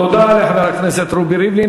תודה לחבר הכנסת רובי ריבלין.